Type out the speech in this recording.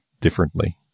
differently